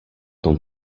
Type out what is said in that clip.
tom